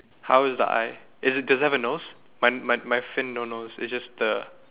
how is the eye is it does it have a nose my my my fin no nose it's just the